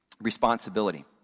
responsibility